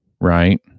right